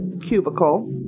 cubicle